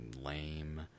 Lame